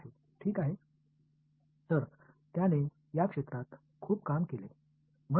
எனவே அவர் இந்த பகுதியில் நிறைய வேலை செய்தார் எனவே அவை அவரது பெயரை கொண்டுள்ளன